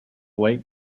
lake